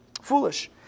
foolish